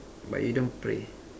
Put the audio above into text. but you don't pray